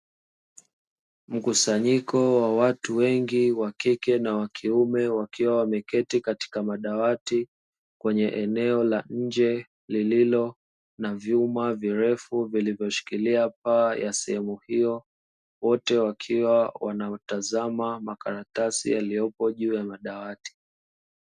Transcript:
Mkusanyiko wa watu wengi wa kike na wa kiume wakiwa wameketi katika madawati kwenye eneo la nje lililo na vyuma virefu vilivyoshikilia paa ya sehemu hio. Wote wakiwa wanatazama makatasi yaliyo juu ya madawati.